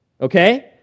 Okay